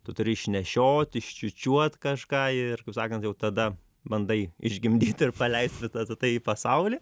tu turi išnešiot iščiūčiuot kažką ir kaip sakant jau tada bandai išgimdyt ir paleist visa tatai į pasaulį